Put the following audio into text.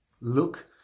Look